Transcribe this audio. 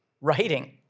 Writing